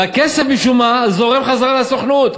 והכסף משום מה זורם חזרה לסוכנות.